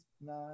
nine